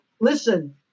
listen